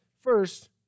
first